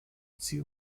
sie